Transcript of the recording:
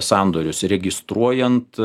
sandorius registruojant